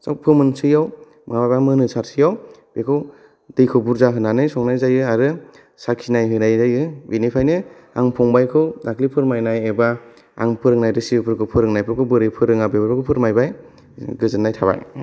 सब फोमोनसैयाव माबा मोनहोसाबसेयाव बेखौ दैखौ बुर्जा होनानै संनाय जायो आरो साखिनायहोनाय जायो बेनिफ्रायनो आं फंबायखौ दाख्लि फोरमायनाय एबा आं फोरोंनाय रेसिपिफोरखौ फोरोंनायफोरखौ बोरै फोरोङा बेफोरखौ फोरमायबाय गोजोननाय थाबाय